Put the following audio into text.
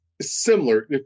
similar